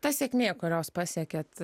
ta sėkmė kurios pasiekėt